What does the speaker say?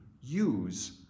use